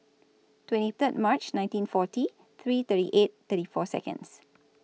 twenty Third March nineteen forty three thirty eight thirty four Seconds